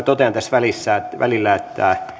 totean tässä välillä että tämä hallituksen esitys